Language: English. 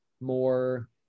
more